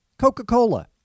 Coca-Cola